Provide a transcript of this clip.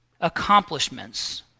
accomplishments